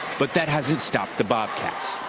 but that hasn't stopped the bobcats.